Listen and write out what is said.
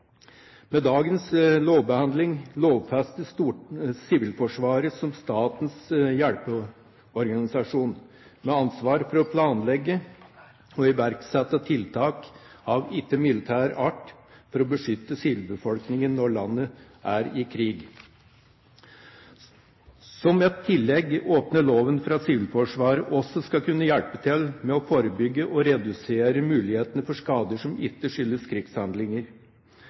Med dagens lovbehandling lovfestes Sivilforsvaret som statens hjelpeorganisasjon med ansvar for å planlegge og iverksette tiltak av ikke-militær art for å beskytte sivilbefolkningen når landet er i krig. Som et tillegg åpner loven for at Sivilforsvaret også skal kunne hjelpe til med å forebygge og redusere mulighetene for skader som ikke skyldes krigshandlinger.